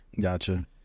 Gotcha